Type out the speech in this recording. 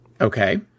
Okay